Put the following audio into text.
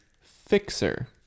Fixer